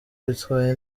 witwaye